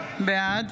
בעד